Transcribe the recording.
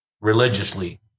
religiously